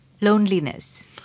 Loneliness